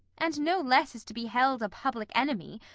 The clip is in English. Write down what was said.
and no less is to be held a public enemy,